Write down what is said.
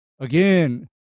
again